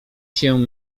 się